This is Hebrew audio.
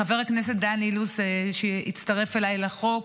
לחבר הכנסת דן אילוז, שהצטרף אליי לחוק,